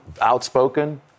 outspoken